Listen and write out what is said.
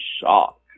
shock